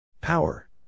Power